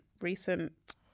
recent